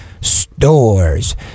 stores